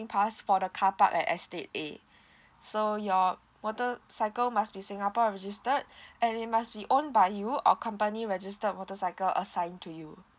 pass for the carpark at estate A so your water cycle must be singapore registered and it must be owned by you or company registered a motorcycle assigning to you